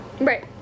Right